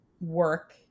work